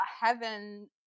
heaven